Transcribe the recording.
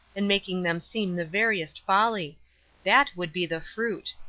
and making them seem the veriest folly that would be the fruit.